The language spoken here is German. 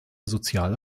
soziale